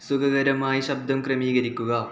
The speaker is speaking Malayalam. സുഖകരമായി ശബ്ദം ക്രമീകരിക്കുക